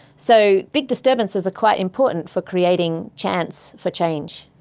so big disturbances are quite important for creating chance for change.